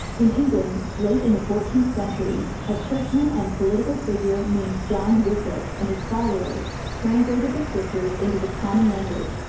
in england, late in the fourteenth century, a churchman and political figure named john wycliffe and his followers to translated the scriptures into the common language,